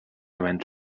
havent